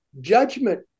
judgment